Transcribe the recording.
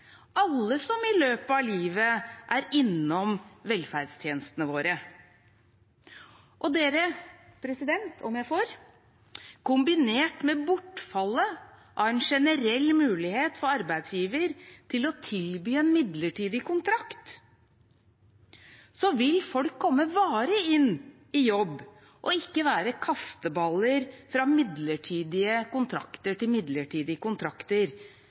alle som i løpet av livet er innom velferdstjenestene våre. Og om jeg får lov: Kombinert med bortfallet av en generell mulighet for arbeidsgiver til å tilby en midlertidig kontrakt vil folk komme varig inn i jobb og ikke være kasteballer fra midlertidige kontrakter til midlertidige kontrakter.